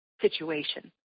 situation